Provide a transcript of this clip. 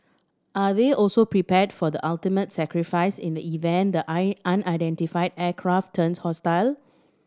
are they also prepared for the ultimate sacrifice in the event the I unidentified aircraft turns hostile